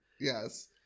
Yes